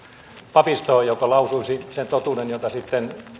papistoa joka lausuisi sen totuuden jota sitten